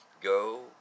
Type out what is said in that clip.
Go